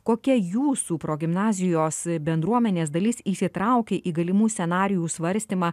kokia jūsų progimnazijos bendruomenės dalis įsitraukė į galimų scenarijų svarstymą